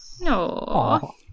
No